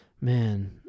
man